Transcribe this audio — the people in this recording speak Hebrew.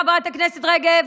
חברת הכנסת רגב,